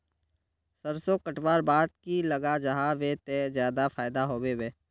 सरसों कटवार बाद की लगा जाहा बे ते ज्यादा फायदा होबे बे?